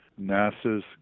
NASA's